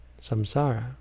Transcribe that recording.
samsara